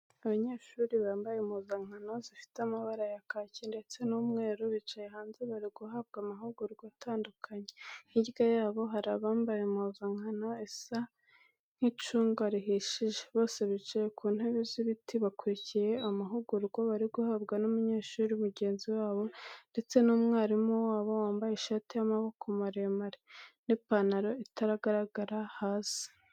Abanyeshuri bampaye impuzankano zifite amabara ya kacyi ndetse n'umweru, bicaye hanze bari guhabwa amahugurwa atandukanye. Hirwa yabo hari abambaye impuzankano isa cy'icunga rihishije. Bose bicaye ku ntebe z'ibiti bakurikiye amahugurwa bari guhabwa n'umunyeshuri mugenzi wabo ndetse n'umwarimu wabo wambaye ishati y'amaboko maremare, n'ipantaro itagaragara hasi.